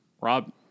Rob